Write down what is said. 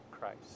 Christ